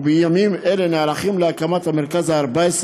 ובימים אלה נערכים להקמת המרכז ה-14.